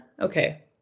okay